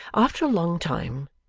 after a long time,